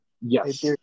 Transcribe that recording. Yes